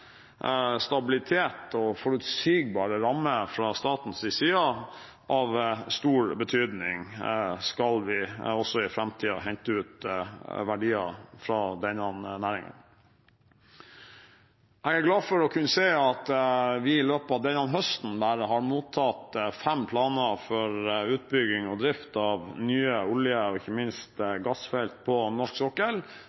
stabilitet og forutsigbare rammer fra statens side av stor betydning hvis vi også i framtiden skal hente ut verdier fra denne næringen. Jeg er glad for å kunne si at vi i løpet av bare denne høsten har mottatt fem planer for utbygging og drift av nye oljefelt og ikke minst